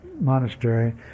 monastery